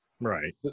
right